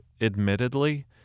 admittedly